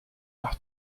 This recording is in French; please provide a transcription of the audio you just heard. par